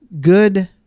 good